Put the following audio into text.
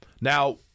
Now